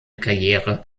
karriere